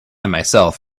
myself